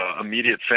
immediate